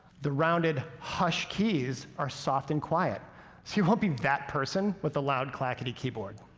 the rounded hush keys are soft and quiet so you won't be that person with the loud, clackity keyboard.